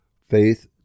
faith